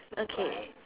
okay